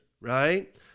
right